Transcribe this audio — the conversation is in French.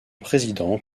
président